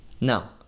Now